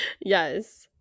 Yes